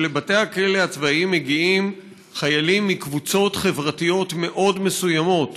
שלבתי הכלא הצבאיים מגיעים חיילים מקבוצות חברתיות מאוד מסוימות